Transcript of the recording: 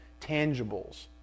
tangibles